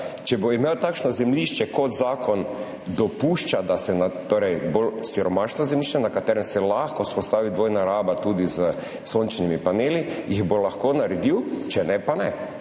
Če bo imel takšno zemljišče, kot zakon dopušča, jih bo lahko na bolj siromašno zemljišče, na katerem se lahko vzpostavi dvojna raba, tudi s sončnimi paneli, naredil, če ne, pa ne.